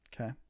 Okay